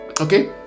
Okay